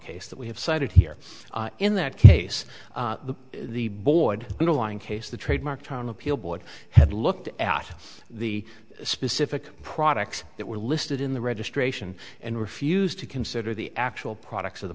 case that we have cited here in that case the board case the trademark town appeal board had looked at the specific products that were listed in the registration and refused to consider the actual products of the